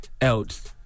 else